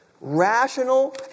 rational